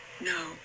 No